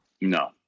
No